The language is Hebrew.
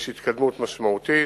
יש התקדמות משמעותית.